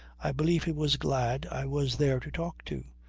i believe he was glad i was there to talk to.